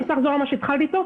אני רוצה לחזור למה שהתחלתי בו.